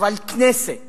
אבל כנסת